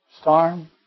storm